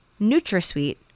NutraSweet